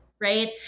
right